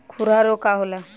खुरहा रोग का होला?